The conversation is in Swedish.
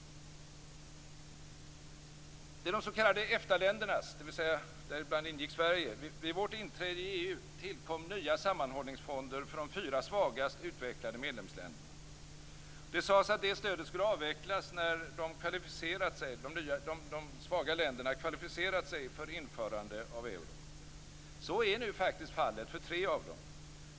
Vid de s.k. EFTA-ländernas, däribland Sveriges, inträde i EU tillkom nya sammanhållningsfonder för de fyra svagast utvecklade medlemsländerna. Det sades att detta stöd skulle avvecklas när dessa, de svaga länderna, kvalificerat sig för införande av euron. Så är nu faktiskt fallet för tre av dem.